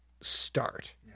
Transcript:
start